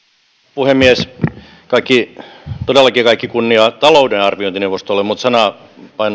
puhemies todellakin kaikki kunnia talouden arviointineuvostolle mutta